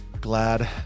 glad